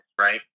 right